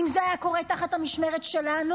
אם זה היה קורה תחת המשמרת שלנו,